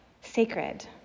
sacred